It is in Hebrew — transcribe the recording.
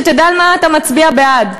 שתדע על מה אתה מצביע בעד,